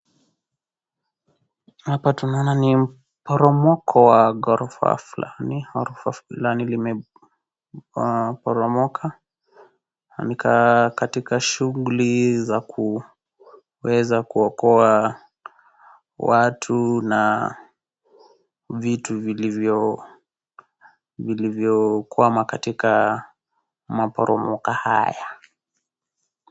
Hapa tunaona ni mporomoko wa ghorofa fulani, ghorofa fulani limeporomoka. Na ni katika shughuli za kuweza kuokoa watu na vitu vilivyo vilivyo kwama katika maporomoka haya.